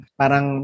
parang